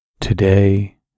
Today